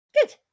Good